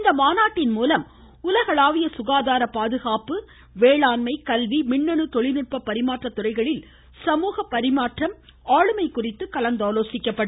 இந்த மாநாடு மூலம் உலகளாவிய சுகாதார பாதுகாப்பு வேளாண்மை கல்வி மின்னணு தொழில்நுட்ப பரிமாற்ற துறைகளில் சமூக மாற்றம் ஆளுமை குறித்து கலந்து ஆலோசிக்கப்படும்